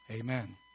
Amen